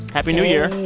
happy new year